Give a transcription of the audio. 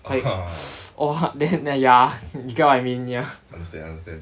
like !whoa! the~ then ya you get what I mean ya